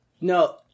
No